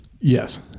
yes